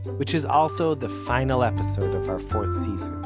which is also the final episode of our fourth season.